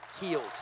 healed